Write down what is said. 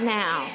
now